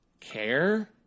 care